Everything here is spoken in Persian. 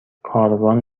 کاروان